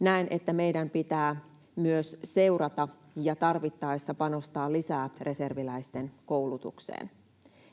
Näen, että meidän pitää myös seurata ja tarvittaessa panostaa lisää reserviläisten koulutukseen.